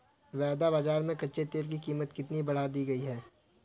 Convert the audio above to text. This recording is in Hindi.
वायदा बाजार में कच्चे तेल की कीमत कितनी बढ़ा दी गई है?